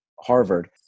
Harvard